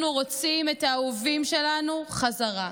אנחנו רוצים את האהובים שלנו בחזרה.